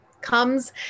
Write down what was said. comes